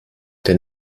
der